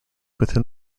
within